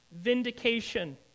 vindication